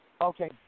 Okay